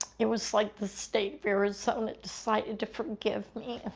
it was like the state of arizona decided to forgive me.